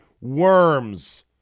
worms